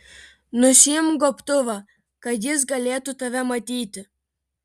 nusiimk gobtuvą kad jis galėtų tave matyti